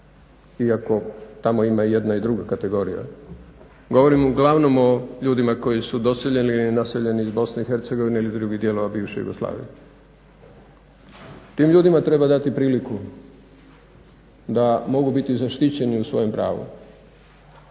iako tamo ima i jedna i druga kategorija, govorim uglavnom o ljudima koji su doseljeni ili naseljeni iz BiH ili drugih dijelova BiH. Tim ljudima treba dati priliku da mogu biti zaštićeni u svojem pravu.